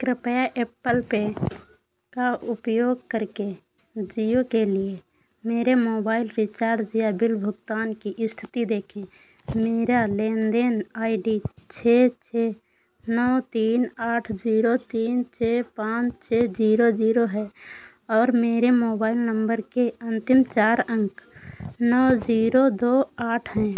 कृपया Apple Pay का उपयोग करके जियो के लिए मेरे मोबाइल रिचार्ज या बिल भुगतान की इस्थिति देखें मेरी लेनदेन आई डी छह छह नौ तीन आठ ज़ीरो तीन छह पाँच छह ज़ीरो ज़ीरो है और मेरे मोबाइल नम्बर के अन्तिम चार अंक नौ ज़ीरो दो आठ हैं